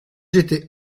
j’étais